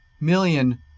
million